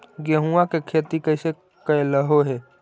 गेहूआ के खेती कैसे कैलहो हे?